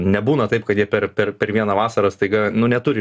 nebūna taip kad jie per per per vieną vasarą staiga nu neturi